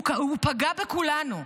הוא פגע בכולנו,